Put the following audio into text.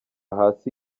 hasi